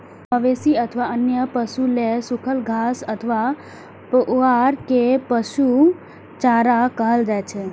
मवेशी अथवा अन्य पशु लेल सूखल घास अथवा पुआर कें पशु चारा कहल जाइ छै